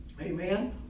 Amen